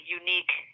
unique